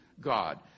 God